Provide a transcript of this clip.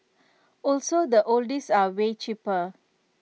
also the oldies are way cheaper